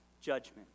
judgment